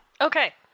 Okay